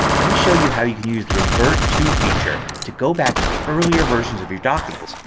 let me show you how you can use the revert to feature to go back to earlier versions of your document.